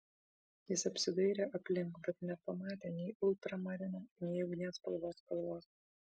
jis apsidairė aplink bet nepamatė nei ultramarino nei ugnies spalvos kalvos